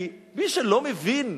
כי מי שלא מבין,